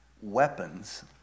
weapons